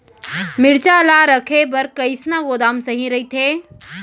मिरचा ला रखे बर कईसना गोदाम सही रइथे?